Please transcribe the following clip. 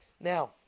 Now